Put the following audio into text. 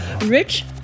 Rich